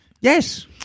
Yes